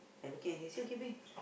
I looking at him